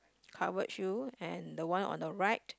covered shoe and the one on the right